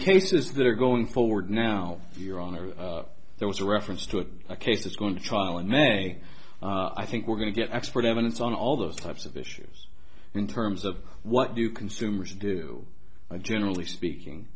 cases that are going forward now your honor there was a reference to a case that's going to trial and may i think we're going to get expert evidence on all those types of issues in terms of what you consumers do generally speaking